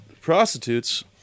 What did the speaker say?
prostitutes